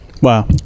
Wow